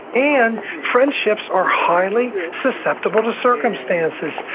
and friendships are highly susceptible to circumstances,